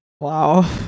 Wow